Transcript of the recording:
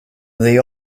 only